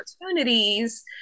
opportunities